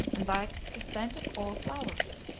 and liked the scent of all flowers.